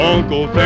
Uncle